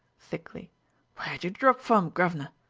thickly where'd you drop from, guvner?